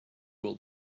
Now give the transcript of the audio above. will